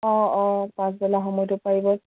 অঁ অঁ পাঁচবেলা সময়টো পাৰিব